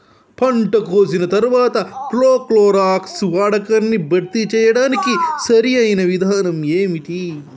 పంట కోసిన తర్వాత ప్రోక్లోరాక్స్ వాడకాన్ని భర్తీ చేయడానికి సరియైన విధానం ఏమిటి?